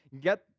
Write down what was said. get